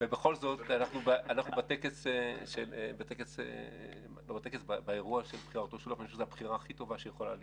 ובכל זאת, זו הבחירה הכי טובה שיכולה להיות.